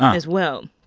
as well,